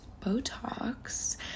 botox